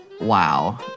wow